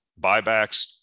buybacks